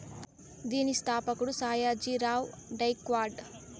దీని స్థాపకుడు సాయాజీ రావ్ గైక్వాడ్